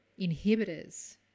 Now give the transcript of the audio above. inhibitors